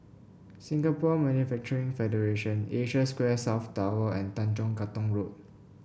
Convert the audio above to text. Singapore Manufacturing Federation Asia Square South Tower and Tanjong Katong Road